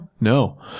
No